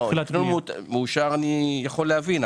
מאושר אני יכול להבין,